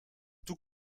tout